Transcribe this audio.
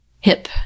hip